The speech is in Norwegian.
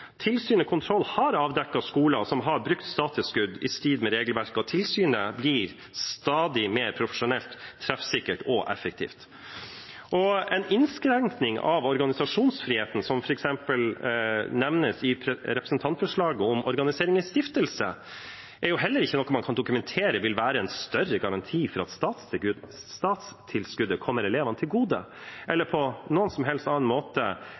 Tilsyn og kontroll har avdekket skoler som har brukt statstilskudd i strid med regelverket, og tilsynet blir stadig mer profesjonelt, treffsikkert og effektivt. En innskrenkning av organisasjonsfriheten, som f.eks. nevnes i representantforslaget om organisering i stiftelse, er ikke noe man kan dokumentere vil være en større garanti for at statstilskuddet kommer elevene til gode, eller at tilskuddet ikke benyttes i strid med regelverket på annen måte.